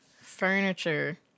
Furniture